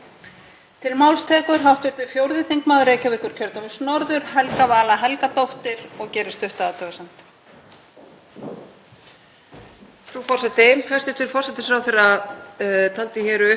Frú forseti. Hæstv. forsætisráðherra taldi hér upp mál sem höfðu verið höfðuð af hálfu ráðherra. Það eru ekki einu málin sem rekin eru af því að stundum er verið að taka til varna